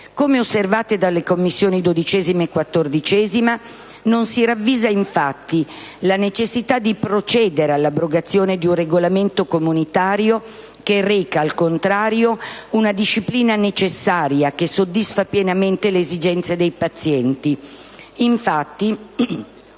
Come osservato dalle Commissioni 12a e 14a, non si ravvisa, infatti, la necessità di procedere all'abrogazione di un regolamento comunitario che reca, al contrario, una disciplina necessaria, che soddisfa pienamente le esigenze dei pazienti.